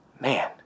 Man